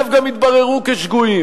שאגב גם התבררו כשגויים.